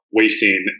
wasting